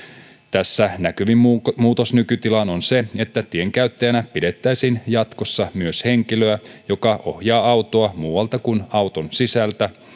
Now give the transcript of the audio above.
tässä näkyvin muutos muutos nykytilaan on se että tienkäyttäjänä pidettäisiin jatkossa myös henkilöä joka ohjaa autoa muualta kuin auton sisältä